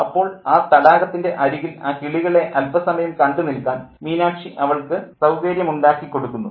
അപ്പോൾ ആ തടാകത്തിൻ്റെ അരികിൽ ആ കിളികളെ അല്പ സമയം കണ്ടു നിൽക്കാൻ മീനാക്ഷി അവൾക്ക് സൌകര്യം ഉണ്ടാക്കിക്കൊടുക്കുന്നു